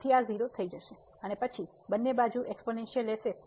તેથી આ 0 થઈ જશે અને પછી બંને બાજુનો એક્સપોનેનસીઅલ લેશે